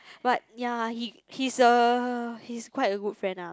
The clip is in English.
but ya he he's a he's quite a good friend ah